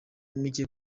mike